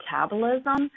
metabolism